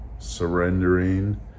surrendering